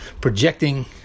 projecting